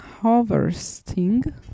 harvesting